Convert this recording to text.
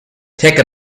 take